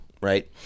right